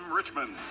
richmond